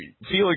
Felix